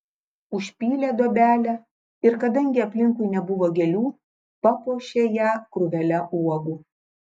užpylė duobelę ir kadangi aplinkui nebuvo gėlių papuošė ją krūvele uogų